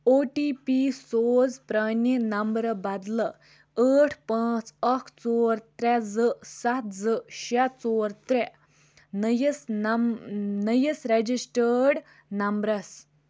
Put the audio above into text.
او T P سوز پرٛانہِ نمبرٕ بدلہٕ ٲٹھ پانٛژھ اَکھ ژور ترٛےٚ زٕ سَتھ زٕ شےٚ ژور ترٛےٚ نٔیِس نَم نٔیِس رٮ۪جِسٹٲڈ نمبرَس